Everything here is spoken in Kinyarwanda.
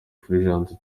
fulgence